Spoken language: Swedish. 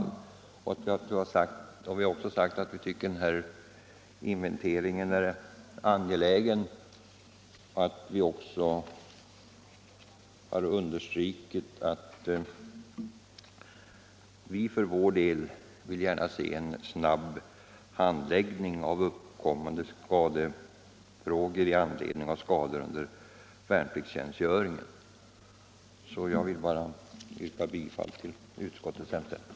Vi har vidare sagt att vi finner denna inventering angelägen och också understrukit att vi vill se en snabb handläggning av ersättningsfrågor som uppkommer med anledning av skador under värnpliktstjänstgöringen. Med detta vill jag yrka bifall till utskottets hemställan.